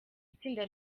itsinda